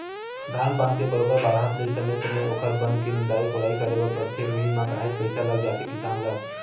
धान पान के बरोबर बाड़हत ले समे समे ओखर बन के निंदई कोड़ई करे बर परथे उहीं म काहेच पइसा लग जाथे किसान ल